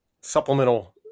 supplemental